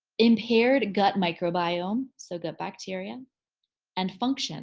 impaired gut microbiome, so gut bacteria and function